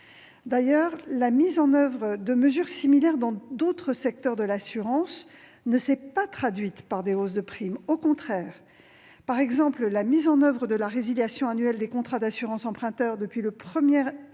D'ailleurs, la mise en oeuvre de mesures similaires dans d'autres secteurs de l'assurance ne s'est pas traduite par des hausses de primes, au contraire. Par exemple, la mise en oeuvre de la résiliation annuelle des contrats d'assurance emprunteur depuis le 1 janvier